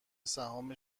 سهام